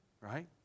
Right